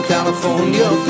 California